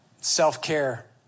self-care